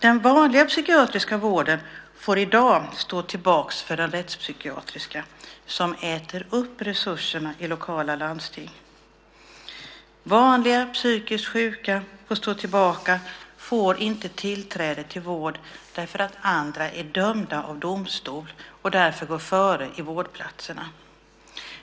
Den vanliga psykiatriska vården får i dag stå tillbaka för den rättspsykiatriska, som äter upp resurserna i lokala landsting. Vanliga psykiskt sjuka får stå tillbaka och får inte tillträde till vård därför att andra är dömda av domstol och därför går före till vårdplatserna.